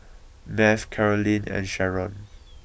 Math Carolyne and Sherron